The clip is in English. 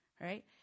Right